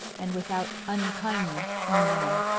and without unkindness in them.